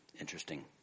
Interesting